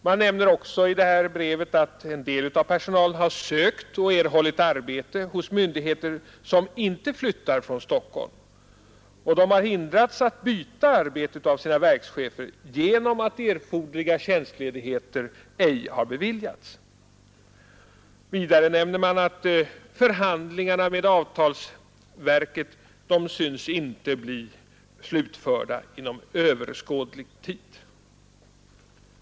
Man nämner också att en del av personalen har sökt och erhållit arbete hos myndigheter som ej flyttar från Stockholm. Flera har hindrats att byta arbete av sina verkschefer genom att erforderliga tjänstledigheter ej beviljats. Vidare nämner man att förhandlingarna med avtalsverket icke synes bli slutförda inom överskådlig tid.